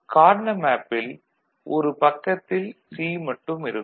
Karnaugh மேப்பில் ஒரு பக்கத்தில் C மட்டும் இருக்கும்